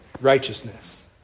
righteousness